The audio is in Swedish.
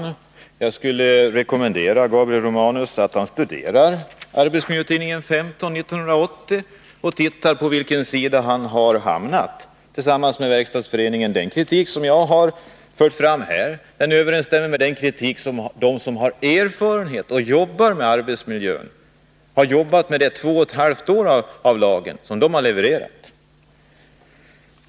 Herr talman! Jag rekommenderar Gabriel Romanus att studera Arbetsmiljötidningen nr 15 för år 1980. Där framgår det att han har hamnat på samma linje som Verkstadsföreningen. Den kritik som jag har fört fram överensstämmer med den som kommer från dem som har erfarenhet av arbetsmiljön och av att ha jobbat med lagen i två och ett halvt år.